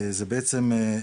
זה בעצם,